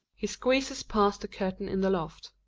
he squeezes past the curtain in the loft.